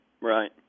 Right